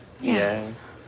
yes